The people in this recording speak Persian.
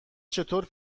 چطور